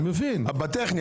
אני מבין.